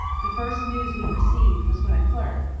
the first news we received was when a clerk,